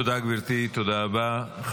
תודה רבה, גברתי.